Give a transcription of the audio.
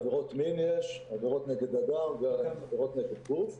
יש עבירות מין, עבירות נגד אדם ועבירות נגד גוף.